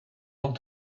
want